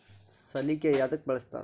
ಸಲಿಕೆ ಯದಕ್ ಬಳಸ್ತಾರ?